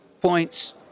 points